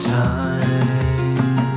time